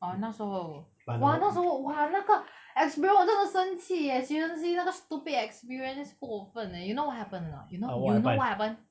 orh 那时候 !wah! 那时候 !wah! 那个 experie~ 我真的生气 eh seriously 那个 stupid experience 过分 eh you know what happened or not you know you know what happened